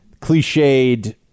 cliched